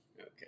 Okay